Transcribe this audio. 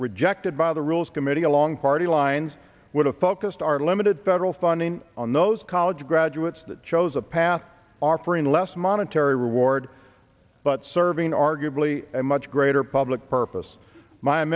rejected by the rules committee along party lines would have focused our limited federal funding on those college graduates that chose a path offering less monetary reward but serving arguably a much greater public purpose my